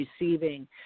receiving